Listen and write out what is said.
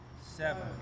seven